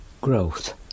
growth